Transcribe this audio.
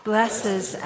Blesses